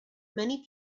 many